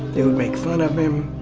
they would make fun of him.